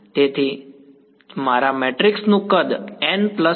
તેથી તેથી જ મારા મેટ્રિક્સ નું કદ n m × n m હતું